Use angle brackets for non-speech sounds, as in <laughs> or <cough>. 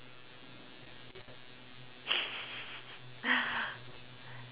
<laughs>